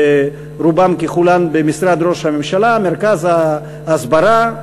רובן ככולן במשרד ראש הממשלה: מרכז ההסברה,